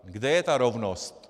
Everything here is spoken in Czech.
Kde je ta rovnost?